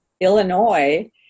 Illinois